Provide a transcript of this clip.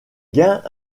gains